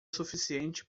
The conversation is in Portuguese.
suficiente